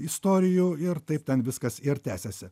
istorijų ir taip ten viskas ir tęsiasi